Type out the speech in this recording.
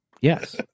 Yes